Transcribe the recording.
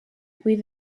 with